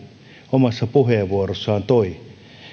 omassa puheenvuorossaan toi